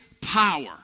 power